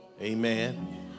Amen